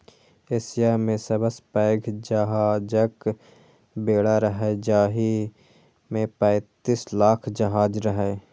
Asia मे सबसं पैघ जहाजक बेड़ा रहै, जाहि मे पैंतीस लाख जहाज रहै